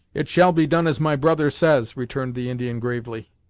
it shall be done as my brother says, returned the indian, gravely.